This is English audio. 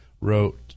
wrote